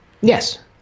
Yes